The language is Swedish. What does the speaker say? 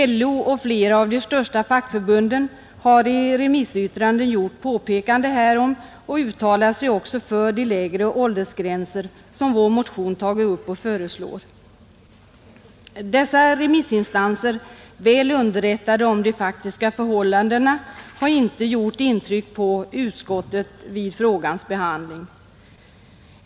LO och flera av de största fackförbunden har i remissyttranden gjort påpekanden härom och uttalar sig också för de lägre åldersgränser som vår motion tagit upp och föreslår. Dessa remissinstanser, väl underrättade om de faktiska förhållandena, har emellertid inte gjort intryck på utskottet vid frågans behandling.